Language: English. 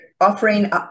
offering